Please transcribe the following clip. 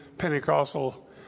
Pentecostal